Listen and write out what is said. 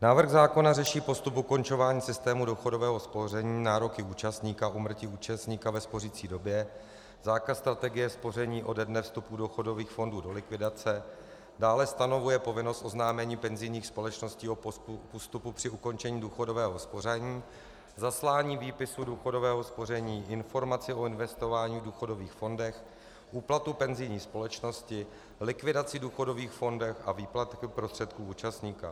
Návrh zákona řeší postup u ukončování systému důchodové spoření, nároky účastníka, úmrtí účastníka ve spořicí době, zákaz strategie spoření ode dne vstupu důchodových fondů do likvidace, dále stanovuje povinnost oznámení penzijních společností o postupu při ukončení důchodového spoření, zaslání výpisu důchodového spoření, informaci o investování v důchodových fondech, úplatu penzijní společnosti, likvidaci v důchodových fondech a výplatu prostředků účastníka.